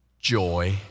joy